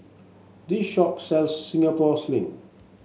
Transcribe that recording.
this shop sells Singapore Sling